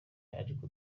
ariko